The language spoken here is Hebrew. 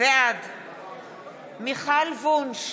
בעד מיכל וונש,